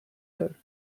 air